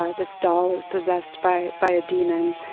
ah this doll is possessed by by a demon.